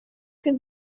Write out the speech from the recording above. can